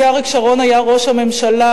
כי אריק שרון היה ראש הממשלה,